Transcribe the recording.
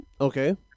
Okay